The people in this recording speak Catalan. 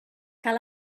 cal